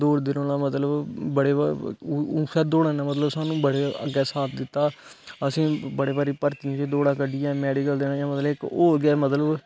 दौड़दे रैहना मतलब बडे़ साथ दिता आसें गी बडे बारी भर्तियै च दौडा कढडियां मेडिकल देने जां मतलब इयां इक और गै जनून हा